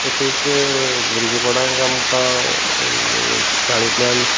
तशेंच भुरगेपणांत आमकां शाळेंतल्यान